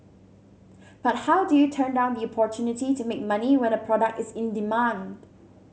but how do you turn down the opportunity to make money when a product is in demand